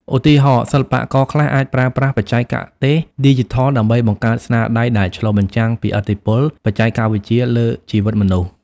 ឧទាហរណ៍ សិល្បករខ្លះអាចប្រើប្រាស់បច្ចេកទេសឌីជីថលដើម្បីបង្កើតស្នាដៃដែលឆ្លុះបញ្ចាំងពីឥទ្ធិពលបច្ចេកវិទ្យាលើជីវិតមនុស្ស។